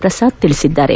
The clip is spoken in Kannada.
ಪ್ರಸಾದ್ ತಿಳಿಸಿದ್ದಾರೆ